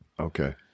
Okay